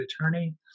attorney